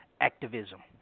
activism